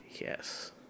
Yes